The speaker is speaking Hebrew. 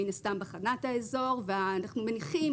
מן הסתם בחנה את האזור ואנחנו מניחים